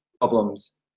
problems